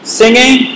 singing